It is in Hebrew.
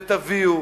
ותביאו,